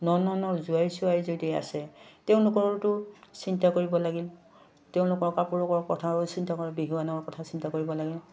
নন্দৰ জোৱাই চোৱাই যদি আছে তেওঁলোকৰতো চিন্তা কৰিব লাগিল তেওঁলোকৰ কাপোৰৰ কথাৰো চিন্তা কৰে বিহুৱানৰ কথা চিন্তা কৰিব লাগিল